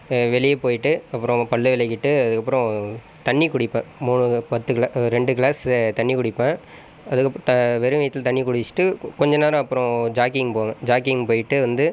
வெளியே போயிட்டு அப்புறம் பல்லு விளக்கிட்டு அதுக்கப்புறம் தண்ணி குடிப்பேன் மூணு பத்து க்ளா ரெண்டு க்ளாஸ்ஸு தண்ணி குடிப்பேன் அதுக்கப்புறம் தான் வெறும் வயித்தில் தண்ணி குடிச்சிட்டு கொஞ்ச நேரம் அப்பறம் ஜாக்கிங் போவேன் ஜாக்கிங் போயிட்டு வந்து